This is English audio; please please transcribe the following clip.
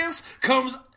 comes